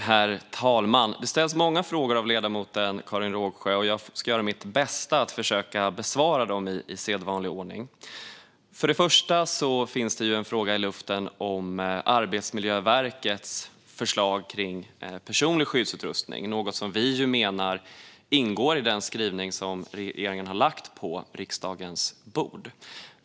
Herr talman! Ledamoten Karin Rågsjö ställer många frågor. Jag ska göra mitt bästa för att besvara dem i sedvanlig ordning. Först ligger en fråga i luften om Arbetsmiljöverkets förslag gällande personlig skyddsutrustning, något som vi menar ingår i den skrivning som regeringen har lagt på riksdagens bord.